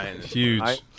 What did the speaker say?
Huge